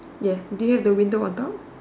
yeah do you have the window on top